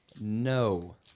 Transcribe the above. No